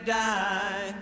die